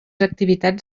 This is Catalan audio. activitats